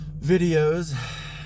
videos